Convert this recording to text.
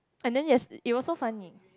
and then yes it was so funny